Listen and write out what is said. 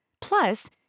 Plus